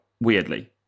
weirdly